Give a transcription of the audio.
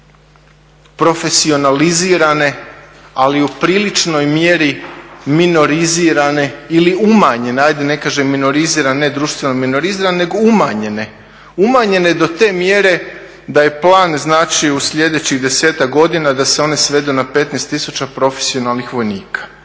profesionalizirane, ali u priličnoj mjeri minorizirane ili umanjene ajde da ne kažem minorizirane, ne društveno minorizirane nego umanjene, umanjene do te mjere da je plan znači u slijedećih desetak godina da se ona svedu na 15 tisuća profesionalnih vojnika,